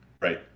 right